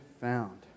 found